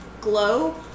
glow